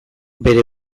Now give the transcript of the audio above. bere